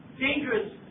dangerous